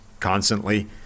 Constantly